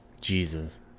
Jesus